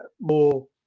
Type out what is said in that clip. more